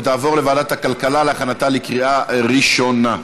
ותעבור לוועדת הכלכלה להכנתה לקריאה ראשונה.